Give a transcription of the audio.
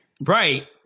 Right